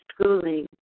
schooling